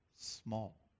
small